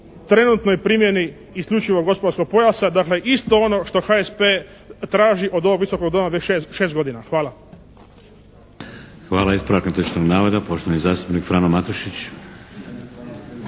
trenutnoj primjeni isključivo gospodarskog pojasa, dakle isto ono što HSP traži od ovog Visokog doma već 6 godina. Hvala. **Šeks, Vladimir (HDZ)** Hvala. Ispravak netočnog navoda, poštovani zastupnik Frano Matušić.